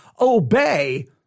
obey